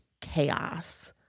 chaos